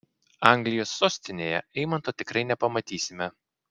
anglijos sostinėje eimanto tikrai nepamatysime